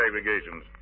aggregations